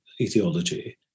etiology